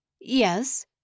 Yes